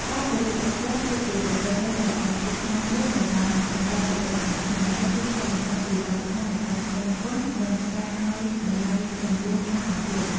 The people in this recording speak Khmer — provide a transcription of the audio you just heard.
ការគោរពពួកគាត់ គឺជាប្រពៃណីដ៏ល្អផូរផង់មួយដែលបានបន្តពីដូនតាខ្មែរ ហើយវាឆ្លុះបញ្ចាំងពីវប្បធម៌នៃការដឹងគុណ និងការឱ្យតម្លៃចំពោះការអប់រំ។